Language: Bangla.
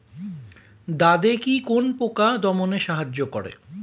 দাদেকি কোন পোকা দমনে সাহায্য করে?